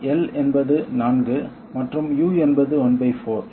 சேர்க்கை L என்பது 4 மற்றும் U என்பது ¼